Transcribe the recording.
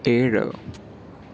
ഏഴ്